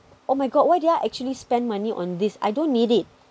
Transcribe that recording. oh my god why did I actually spend money on this I don't need it